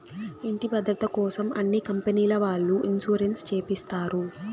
ఇంటి భద్రతకోసం అన్ని కంపెనీల వాళ్ళు ఇన్సూరెన్స్ చేపిస్తారు